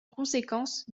conséquence